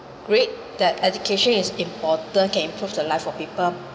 great that education is important can improve the life for people